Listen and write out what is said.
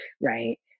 right